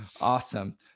Awesome